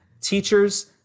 Teachers